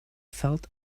felt